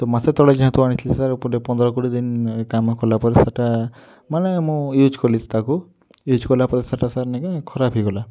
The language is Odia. ତ ମାସେ ତଳେ ଯେହେତୁ ଆଣିଥିଲି ସାର୍ ଗୋଟେ ପନ୍ଦର କୋଡ଼ିଏ ଦିନ କାମ କଲା ପରେ ସେଟା ମାନେ ମୁଁ ୟୁଜ୍ କଲି ତାକୁ ୟୁଜ୍ କଲା ପରେ ସେଟା ସାର୍ ନାଇ କାଏଁ ଖରାପ ହେଇଗଲା